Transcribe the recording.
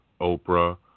Oprah